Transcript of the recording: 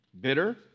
Bitter